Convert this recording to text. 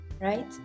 right